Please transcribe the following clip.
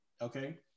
okay